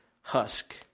husk